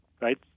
right